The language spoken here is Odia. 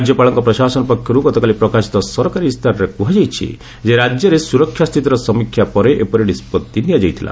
ରାଜ୍ୟପାଳଙ୍କ ପ୍ରଶାସନ ପକ୍ଷରୂ ଗତକାଲି ପ୍ରକାଶିତ ସରକାରୀ ଇସ୍ତାହାରରେ କୁହାଯାଇଛି ଯେ ରାଜ୍ୟରେ ସ୍ତରକ୍ଷା ସ୍ଥିତିର ସମୀକ୍ଷା ପରେ ଏପରି ନିଷ୍ପଭି ନିଆଯାଇଥିଲା